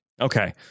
Okay